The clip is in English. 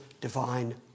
divine